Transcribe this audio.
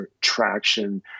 traction